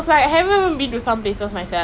err singapore [one] ah